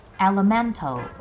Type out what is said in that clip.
Elemental